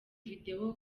video